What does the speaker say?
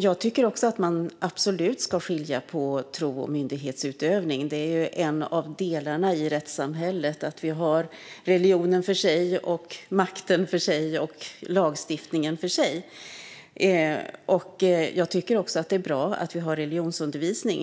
jag tycker att man absolut ska skilja på tro och myndighetsutövning. Det är en av delarna i rättssamhället att vi har religionen för sig och makten för sig och lagstiftningen för sig. Jag tycker också att det är bra att vi har religionsundervisning.